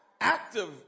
active